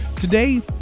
Today